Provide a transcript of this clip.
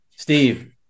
Steve